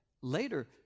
later